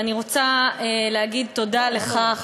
ואני רוצה להגיד תודה לך,